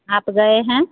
आप गए हैं